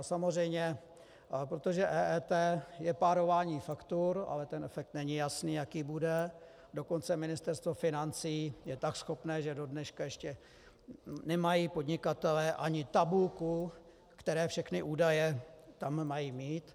Samozřejmě protože EET je párování faktur, ale ten efekt není jasný, jaký bude, dokonce Ministerstvo financí je tak schopné, že do dneška nemají podnikatelé ani tabulku, které všechny údaje tam mají mít.